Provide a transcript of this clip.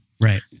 Right